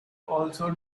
also